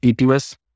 ETS